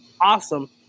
awesome